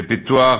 לפיתוח